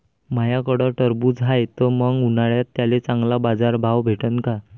माह्याकडं टरबूज हाये त मंग उन्हाळ्यात त्याले चांगला बाजार भाव भेटन का?